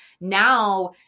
Now